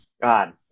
God